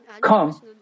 come